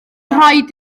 rhaid